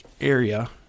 area